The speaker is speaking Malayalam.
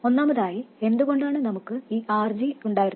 ഒന്നാമതായി എന്തുകൊണ്ടാണ് നമുക്ക് ഈ RG ഉണ്ടായിരുന്നത്